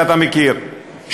שאתה מכיר,